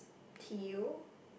tile